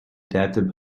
adapted